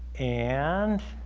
and